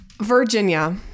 Virginia